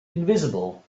invisible